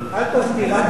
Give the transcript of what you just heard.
אל תתחיל, אל תתחיל.